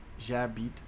j'habite